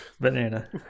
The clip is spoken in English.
banana